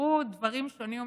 אמרו דברים שונים ומגוונים.